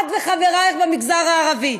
את וחברייך במגזר הערבי.